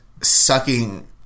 sucking